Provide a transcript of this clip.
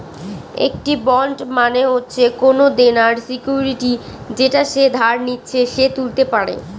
একটি বন্ড মানে হচ্ছে কোনো দেনার সিকুইরিটি যেটা যে ধার নিচ্ছে সে তুলতে পারে